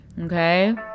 Okay